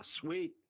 sweet